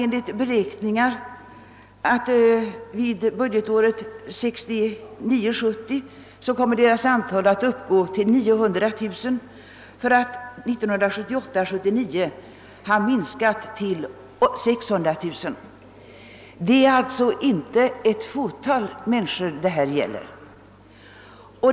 Enligt beräkningar kommer deras antal budgetåret 1969 79 ha minskat till 600 000. Det är alltså inte ett fåtal det här gäller.